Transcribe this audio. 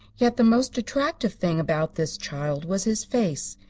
yet the most attractive thing about this child was his face,